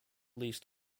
least